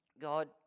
God